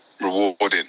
rewarding